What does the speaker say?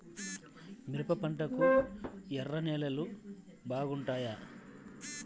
మిరప పంటకు ఎర్ర నేలలు బాగుంటాయా?